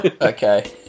Okay